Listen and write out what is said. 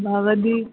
भवती